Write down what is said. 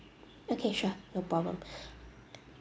okay sure no problem